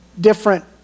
different